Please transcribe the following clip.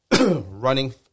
running